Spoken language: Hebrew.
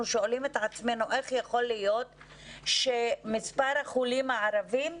שואלים את עצמנו איך יכול להיות שמספר החולים הערבים,